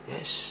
Yes